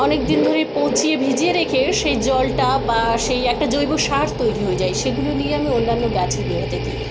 অনেকদিন ধরে পচিয়ে ভিজিয়ে রেখে সেই জলটা বা সেই একটা জৈব সার তৈরি হয়ে যায় সেইগুলো নিয়ে আমি অন্যান্য গাছের গোড়াতে দিই